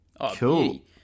Cool